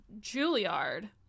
Juilliard